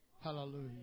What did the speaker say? Hallelujah